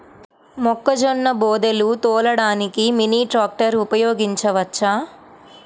మొక్కజొన్న బోదెలు తోలడానికి మినీ ట్రాక్టర్ ఉపయోగించవచ్చా?